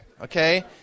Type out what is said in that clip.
Okay